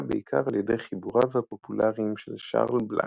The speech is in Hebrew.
בעיקר על ידי חיבוריו הפופולריים של שארל בלאנק,